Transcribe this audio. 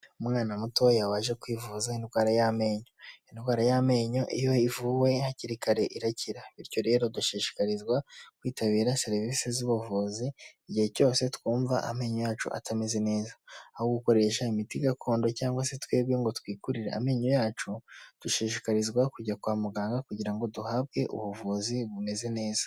Umwana mutoya waje kwivuza indwara y'amenyo, indwara y'amenyo iyo ivuwe hakiri kare irakira bityo rero dushishikarizwa kwitabira serivisi z'ubuvuzi igihe cyose twumva amenyo yacu atameze neza, aho gukoresha imiti gakondo cyangwa se twebwe ngo twigurire amenyo yacu, dushishikarizwa kujya kwa muganga kugira ngo duhabwe ubuvuzi bumeze neza.